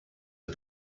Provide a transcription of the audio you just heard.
are